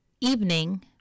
evening